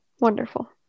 Wonderful